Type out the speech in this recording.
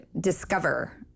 discover